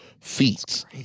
feats